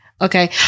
Okay